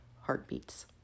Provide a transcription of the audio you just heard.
heartbeats